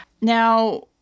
Now